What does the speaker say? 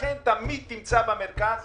לכן תמיד תמצא במרכז